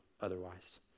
otherwise